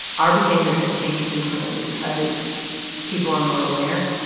our behavior has changed internally because people are more aware.